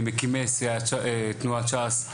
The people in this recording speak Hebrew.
ממקימי תנועת ש"ס,